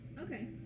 Okay